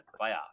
playoff